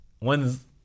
one's